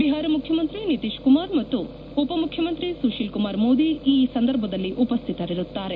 ಬಿಹಾರ ಮುಖ್ಯಮಂತ್ರಿ ನಿತೀಶ್ ಕುಮಾರ್ ಮತ್ತು ಉಪ ಮುಖ್ಯಮಂತ್ರಿ ಸುಶೀಲ್ ಕುಮಾರ್ ಮೋದಿ ಈ ಸಂದರ್ಭದಲ್ಲಿ ಉಪಸ್ವಿತರಿರುತ್ತಾರೆ